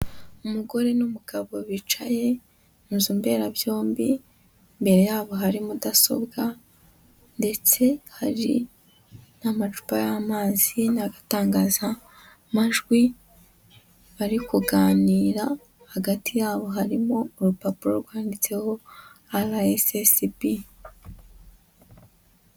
Umugore n'umugabo bicaye mu nzu mberabyombi, imbere yabo hari mudasobwa ndetse hari n'amacupa y'amazi n'agatangazamajwi, bari kuganira, hagati yabo harimo urupapuro rwanditseho RSSB.